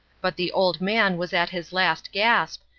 but the old man was at his last gasp,